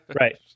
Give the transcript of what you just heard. Right